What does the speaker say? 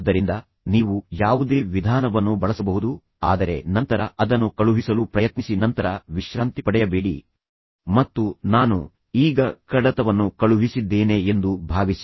ಆದ್ದರಿಂದ ನೀವು ಯಾವುದೇ ವಿಧಾನವನ್ನು ಬಳಸಬಹುದು ಆದರೆ ನಂತರ ಅದನ್ನು ಕಳುಹಿಸಲು ಪ್ರಯತ್ನಿಸಿ ನಂತರ ವಿಶ್ರಾಂತಿ ಪಡೆಯಬೇಡಿ ಮತ್ತು ನಾನು ಈಗ ಕಡತವನ್ನು ಕಳುಹಿಸಿದ್ದೇನೆ ಎಂದು ಭಾವಿಸಿ